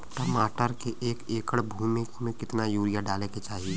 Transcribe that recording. टमाटर के एक एकड़ भूमि मे कितना यूरिया डाले के चाही?